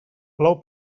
plou